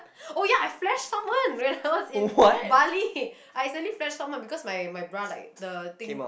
oh ya I flashed someone when I was in Bali I acidentally flashed someone because my bra like the thing